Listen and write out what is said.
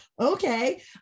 okay